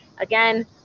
again